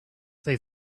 they